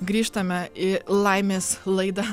grįžtame į laimės laidą